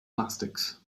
plastics